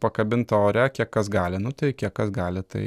pakabinta ore kiek kas gali nu tai kiek kas gali tai